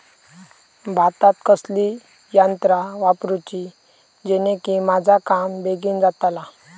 भातात कसली यांत्रा वापरुची जेनेकी माझा काम बेगीन जातला?